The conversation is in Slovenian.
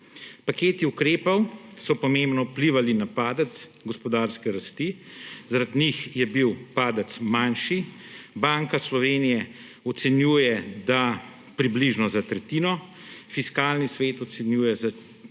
Paketi ukrepov so pomembno vplivali na padec gospodarske rasti, zaradi njih je bil padec manjši, Banka Slovenije ocenjuje, da približno za tretjino, Fiskalni svet ocenjuje za četrtino,